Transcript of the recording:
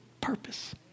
purpose